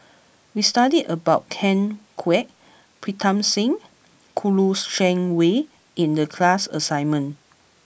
we studied about Ken Kwek Pritam Singh Kouo Shang Wei in the class assignment